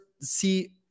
see